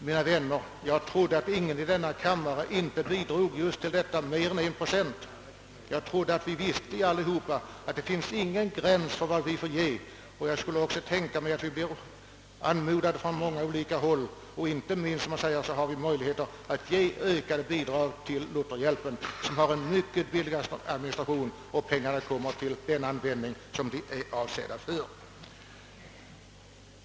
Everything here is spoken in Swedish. Mina vänner! Jag trodde att det inte var någon i denna kammare som inte bidrog till detta ändamål med mer än 1 procent av lönen. Jag trodde att alla var medvetna om att det inte finns någon gräns för vad vi får ge. Vi blir också anmodade från olika håll att ge sådana bidrag. Inte minst har vi, såsom jag nämnt, möjlighet att lämna ökade bidrag till Lutherhjälpen, vilken har en mycket billig administration och hos vilken pengarna kommer till den användning de är avsedda för.